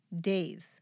Days